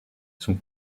sont